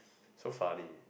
so funny